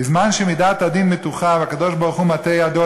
בזמן שמידת הדין מתוחה והקדוש-ברוך-הוא מטה ידו